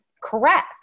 correct